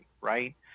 right